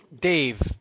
Dave